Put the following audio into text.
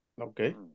okay